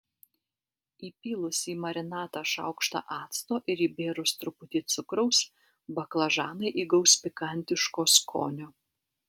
įpylus į marinatą šaukštą acto ir įbėrus truputį cukraus baklažanai įgaus pikantiško skonio